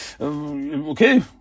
Okay